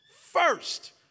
first